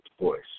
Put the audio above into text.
voice